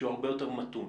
שהוא הרבה יותר מתון.